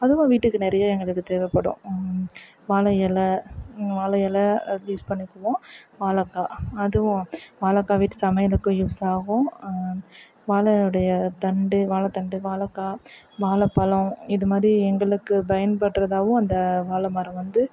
அதுவும் வீட்டுக்கு நிறைய எங்களுக்கு தேவைப்படும் வாழை எலை வாழை எலை அது யூஸ் பண்ணிக்குவோம் வாழைக்கா அதுவும் வாழைக்கா வீட்டு சமையலுக்கும் யூஸ் ஆகும் வாழையுடைய தண்டு வாழைத்தண்டு வாழைக்கா வாழைப்பலம் இது மாதிரி எங்களுக்கு பயன்படுறதாவும் அந்த வாழைமரம் வந்து